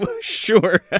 Sure